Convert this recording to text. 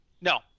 No